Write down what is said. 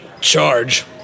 charge